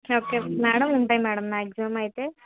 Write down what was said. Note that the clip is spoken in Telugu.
ఓకే మేడం ఉంటాయి మేడం మ్యాగ్జిమం అయితే